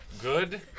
Good